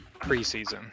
preseason